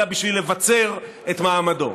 אלא בשביל לבצר את מעמדו.